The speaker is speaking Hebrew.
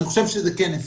אני חושב שזה כן הישג.